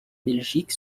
belgique